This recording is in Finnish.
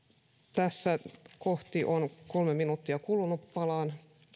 tässä kohti on kolme minuuttia kulunut palaan